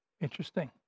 Interesting